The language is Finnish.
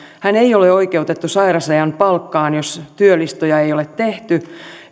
hän ei ole oikeutettu sairausajan palkkaan jos työlistoja ei ei ole tehty